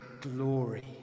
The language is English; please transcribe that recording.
glory